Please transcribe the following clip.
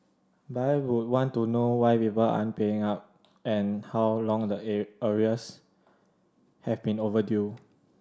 but I would want to know why people aren't paying up and how long the arrears have been overdue